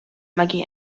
maggie